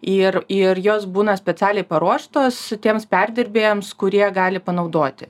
ir ir jos būna specialiai paruoštos tiems perdirbėjams kurie gali panaudoti